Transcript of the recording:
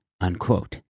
unquote